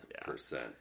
percent